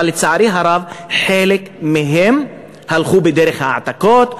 אבל לצערי הרב חלק הלכו בדרך ההעתקות,